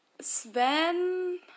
Sven